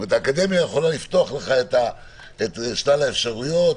האקדמיה יכולה לפתוח לך את שלל האפשרויות,